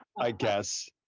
i guess,